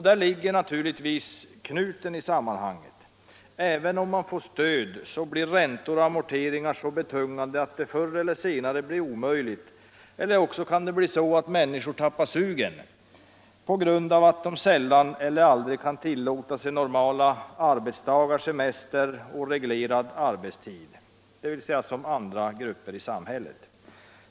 Där ligger naturligtvis knuten i sammanhanget. Även om man får stöd blir räntor och amorteringar så betungande att det förr eller senare blir omöjligt att klara dem, eller också kan det bli så att människor tappar sugen på grund av att de sällan eller aldrig kan tillåta sig normala arbetsdagar, semester och reglerad arbetstid som andra grupper i samhället.